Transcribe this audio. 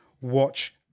watch